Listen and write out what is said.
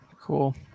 cool